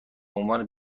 عنوان